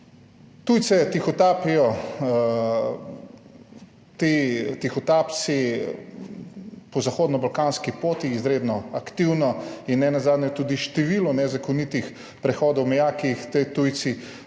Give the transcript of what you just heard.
Tujce tihotapijo tihotapci po zahodnobalkanski poti izredno aktivno. Nenazadnje je tudi število nezakonitih prehodov meja, ki jih ti tujci